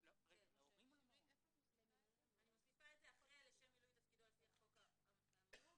אני מוסיפה " לשם מילוי תפקידו כאמור,